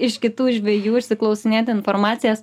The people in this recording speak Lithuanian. iš kitų žvejų išsiklausinėti informacijas